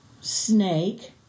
snake